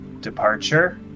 departure